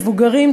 מבוגרים,